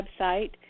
website